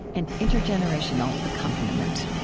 and intergenerational accompaniment.